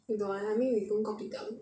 you don't want I mean we going kopitiam